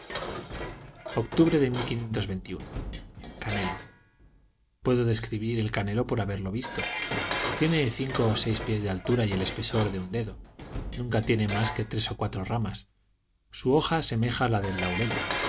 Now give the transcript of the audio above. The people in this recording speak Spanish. octubre de canela puedo describir el canelo por haberlo visto tiene cinco o seis pies de altura y el espesor de un dedo nunca tiene más de tres o cuatro ramas su hoja semeja la del laurel